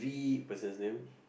person's name